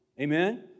Amen